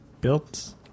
built